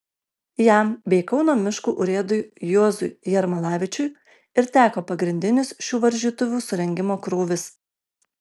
jam bei kauno miškų urėdui juozui jermalavičiui ir teko pagrindinis šių varžytuvių surengimo krūvis